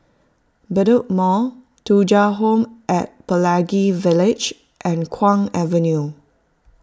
Bedok Mall Thuja Home at Pelangi Village and Kwong Avenue